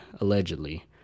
allegedly